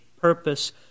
purpose